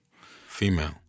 Female